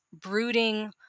brooding